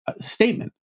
statement